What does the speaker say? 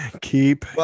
Keep